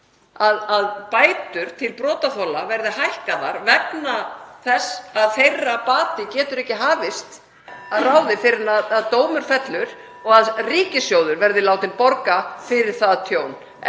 að bætur til brotaþola verði hækkaðar vegna þess að þeirra bati getur ekki hafist (Forseti hringir.) að ráði fyrr en að dómur fellur og að ríkissjóður verði látinn borga fyrir það tjón,